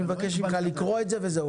אני מבקש ממך לקרוא את זה וזהו.